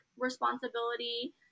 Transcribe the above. responsibility